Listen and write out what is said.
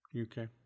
Okay